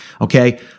Okay